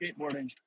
skateboarding